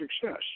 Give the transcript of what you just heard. success